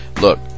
Look